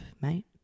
mate